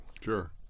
Sure